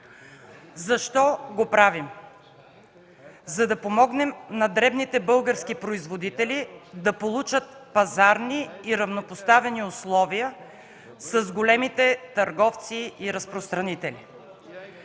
Защо го правим? За да помогнем на дребните български производители да получат пазарни и равнопоставени условия с големите търговци и разпространители.